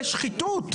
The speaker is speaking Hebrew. לשחיתות.